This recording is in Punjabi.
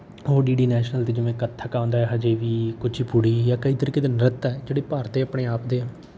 ਹੋਰ ਡੀ ਡੀ ਨੈਸ਼ਨਲ 'ਤੇ ਜਿਵੇਂ ਕੱਥਕ ਆਉਂਦਾ ਹਜੇ ਵੀ ਕੁਚੀ ਪੁੜੀ ਜਾਂ ਕਈ ਤਰੀਕੇ ਦੇ ਨ੍ਰਿੱਤ ਹੈ ਜਿਹੜੇ ਭਾਰਤ ਦੇ ਆਪਣੇ ਆਪ ਦੇ